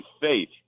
faith